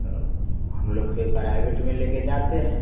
तो हम लोग फिर पराइवेट में लेके जाते हैं